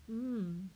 hmm